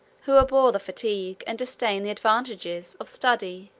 who abhor the fatigue, and disdain the advantages, of study